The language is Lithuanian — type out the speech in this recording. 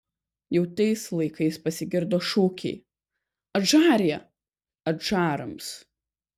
jau tais laikais pasigirdo šūkiai adžarija adžarams